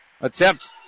attempt